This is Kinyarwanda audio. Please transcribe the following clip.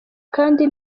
kandi